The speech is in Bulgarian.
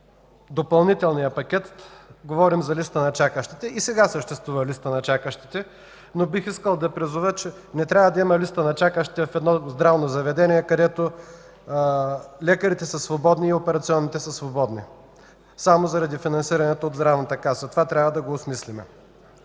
допълнителният пакет. Говорим за листи на чакащите. И сега съществува листа на чакащите. Бих искал да призова, че не би трябвало да има листа на чакащите в здравно заведение, в което лекарите и операционните са свободни, само заради финансирането от Здравната каса. Това трябва да го осмислим.